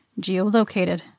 geolocated